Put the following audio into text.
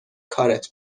کارت